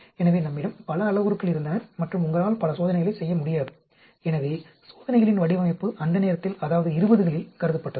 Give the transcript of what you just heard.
எனவே நம்மிடம் பல அளவுருக்கள் இருந்தன மற்றும் உங்களால் பல சோதனைகளைச் செய்ய முடியாது எனவே சோதனைகளின் வடிவமைப்பு அந்த நேரத்தில் அதாவது 20 களில் கருதப்பட்டது